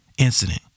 incident